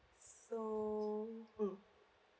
so mm